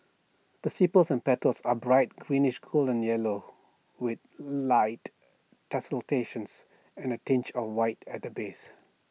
the sepals and petals are bright greenish golden yellow with light tessellations and A tinge of white at the base